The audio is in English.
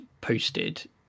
posted